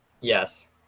Yes